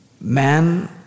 Man